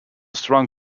strong